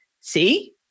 see